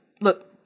Look